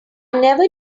never